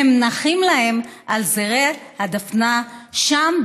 הם נחים להם על זרי הדפנה שם,